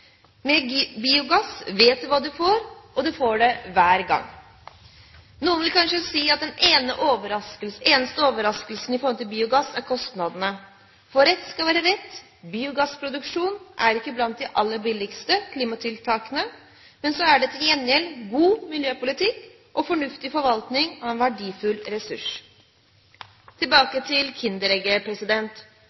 Med biogass vet du hva du får, og du får det hver gang. Noen vil kanskje si at den eneste overraskelsen ved biogass er kostnadene, for rett skal være rett: Biogassproduksjon er ikke blant de aller billigste klimatiltakene, men så er det til gjengjeld god miljøpolitikk og fornuftig forvaltning av en verdifull ressurs. Tilbake til